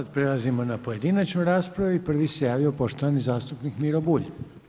Sad prelazimo na pojedinačnu raspravu i prvi se javio poštovani zastupnik Miro Bulj.